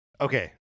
Okay